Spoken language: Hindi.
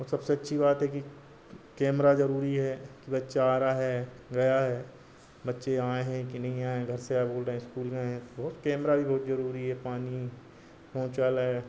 और सबसे अच्छी बात है कि कैमरा ज़रूरी है बच्चा आ रहा है गया है बच्चे आए हैं कइ नहीं आएं हैं घर से बोल रहे हैं स्कूल गए हैं वह कैमरा भी बहुत ज़रूरी है पानी हो शौचालय